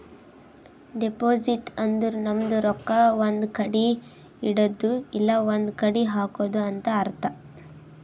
deposit ಅಂದುರ್ ನಮ್ದು ರೊಕ್ಕಾ ಒಂದ್ ಕಡಿ ಇಡದ್ದು ಇಲ್ಲಾ ಒಂದ್ ಕಡಿ ಹಾಕದು ಅಂತ್ ಅರ್ಥ